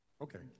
Okay